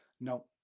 No